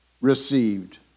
received